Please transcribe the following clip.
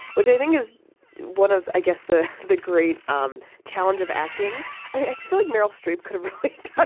which i think is one of, i guess, the the great um challenge of acting. i feel like meryl streep could reflect but